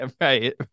right